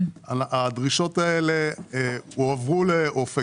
הדרישות האלה הועברו לאופק,